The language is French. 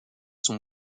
son